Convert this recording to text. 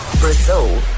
Brazil